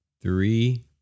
three